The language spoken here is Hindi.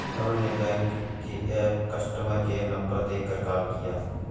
अरुण ने बैंक के ऐप कस्टमर केयर नंबर देखकर कॉल किया